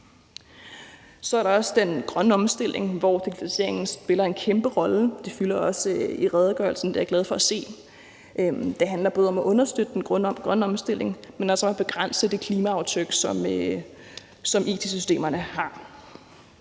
Så er der også den grønne omstilling, hvor digitaliseringen spiller en kæmpe rolle, og det fylder også i redegørelsen, og det er jeg glad for at se. Det handler både om at understøtte den grønne omstilling, men også om at begrænse det klimaaftryk, som it-systemerne har.